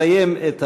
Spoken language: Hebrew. כשיסיים את העלייה,